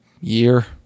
year